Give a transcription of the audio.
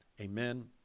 amen